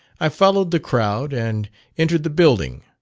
i followed the crowd and entered the building.